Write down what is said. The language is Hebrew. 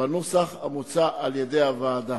בנוסח המוצע על-ידי הוועדה.